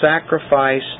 sacrifice